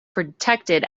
protected